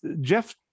Jeff